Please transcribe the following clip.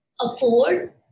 afford